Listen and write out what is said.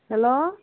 hello